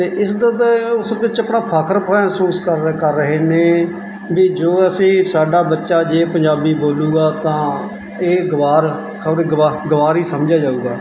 ਅਤੇ ਇਸਦਾ ਤਾਂ ਉਸ ਵਿੱਚ ਆਪਣਾ ਫਕਰ ਮਹਿਸੂਸ ਕਰ ਕਰ ਰਹੇ ਨੇ ਵੀ ਜੋ ਅਸੀਂ ਸਾਡਾ ਬੱਚਾ ਜੇ ਪੰਜਾਬੀ ਬੋਲੂਗਾ ਤਾਂ ਇਹ ਗਵਾ ਆਪਣੇ ਗਵਾਰ ਹੀ ਸਮਝਿਆ ਜਾਵੇਗਾ